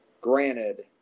Granted